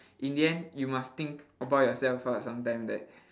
in the end you must think about yourself [what] sometimes that